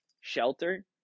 shelter